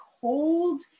cold